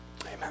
Amen